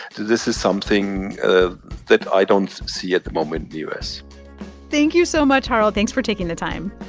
this is something ah that i don't see at the moment in the u s thank you so much, harald. thanks for taking the time